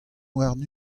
warn